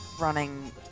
running